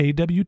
AWT